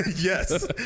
Yes